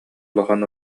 улахан